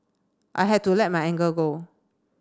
I had to let my anger go